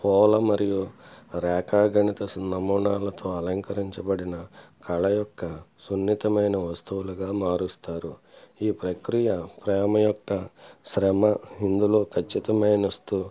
హోల మరియు రేఖ గణిత నమోనాలతో అలంకరించబడిన కళ యొక్క సున్నితమైన వస్తువులుగా మారుస్తారు ఈ ప్రక్రియ ప్రేమ యొక్క శ్రమ ఇందులో ఖచ్చితమైన